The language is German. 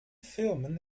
firmen